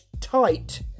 tight